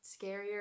scarier